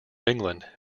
england